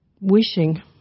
wishing